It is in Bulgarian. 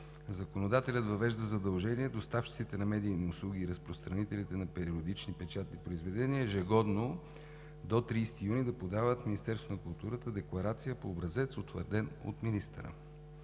законодателят въвежда задължение доставчиците на медийни услуги и разпространителите на периодични печатни произведения ежегодно до 30 юни да подават в Министерството на културата декларация по образец, утвърден от министъра